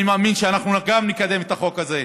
אני מאמין שאנחנו נקדם גם את החוק הזה.